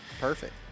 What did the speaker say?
perfect